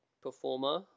performer